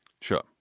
Sure